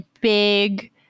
big